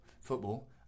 football